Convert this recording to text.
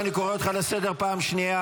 מה נשאר ממפא"י?